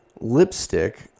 lipstick